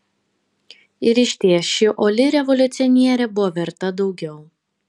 ir išties ši uoli revoliucionierė buvo verta daugiau